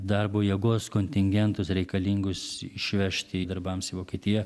darbo jėgos kontingentus reikalingus išvežti darbams į vokietiją